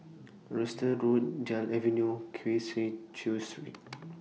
Road Gul Avenue See Cheow Street